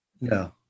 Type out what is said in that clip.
no